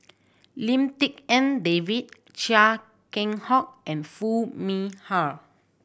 Lim Tik En David Chia Keng Hock and Foo Mee Har